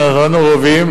שנתנו לה רובים,